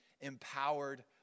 empowered